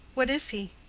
what is he?